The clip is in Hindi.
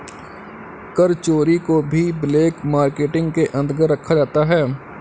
कर चोरी को भी ब्लैक मार्केटिंग के अंतर्गत रखा जाता है